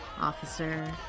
officer